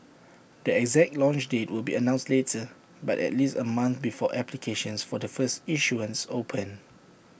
the exact launch date will be announced later but at least A month before applications for the first issuance open